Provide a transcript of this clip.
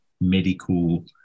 medical